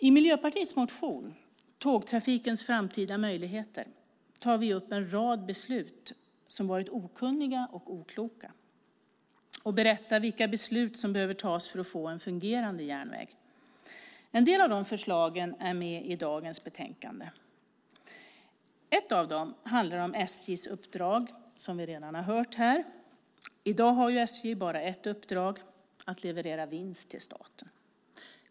I miljöpartiets motion Tågtrafikens framtida möjligheter tar vi upp en rad beslut som varit okunniga och okloka och berättar vilka beslut som behöver tas för att få en fungerande järnväg. En del av de förslagen är med i dagens betänkande. Ett av dem handlar om SJ:s uppdrag. I dag har ju SJ bara ett uppdrag, att leverera vinst till staten.